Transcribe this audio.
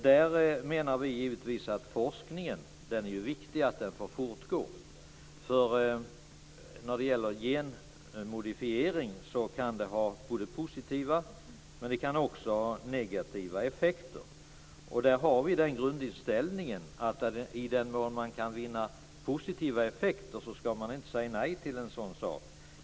Vi menar att forskningen är viktigast och att den skall fortgå. Genmodifiering kan ha både positiva och negativa effekter. Vi har grundinställningen att i den mån positiva effekter kan uppnås skall man inte säga nej.